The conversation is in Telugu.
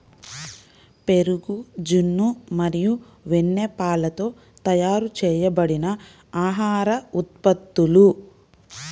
పెరుగు, జున్ను మరియు వెన్నపాలతో తయారు చేయబడిన ఆహార ఉత్పత్తులు